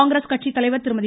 காங்கிரஸ் கட்சி தலைவர் திருமதி